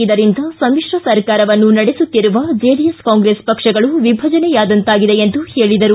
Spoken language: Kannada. ಇದರಿಂದ ಸಮಿತ್ರ ಸರ್ಕಾರವನ್ನು ನಡೆಸುತ್ತಿರುವ ಜೆಡಿಎಸ್ ಕಾಂಗ್ರೆಸ್ ಪಕ್ಷಗಳು ವಿಭಜನೆಯಾದಂತಾಗಿದೆ ಎಂದು ಹೇಳಿದರು